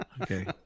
okay